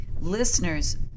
Listeners